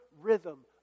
rhythm